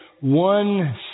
one